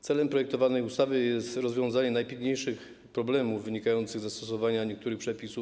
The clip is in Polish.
Celem projektowanej ustawy jest rozwiązanie najpilniejszych problemów wynikających ze stosowania niektórych przepisów